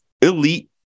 elite